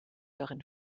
darin